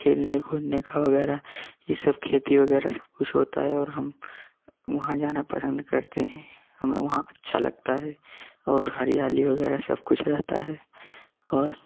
खेलने कूदने का वगैरह ये सब खेती वगैरह सब कुछ होता है और हम वहाँ जाना पसंद करते हैं हमे वहाँ अच्छा लगता है और हरियाली वगैरह सब कुछ रहता है